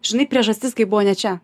žinai priežastis tai buvo ne čia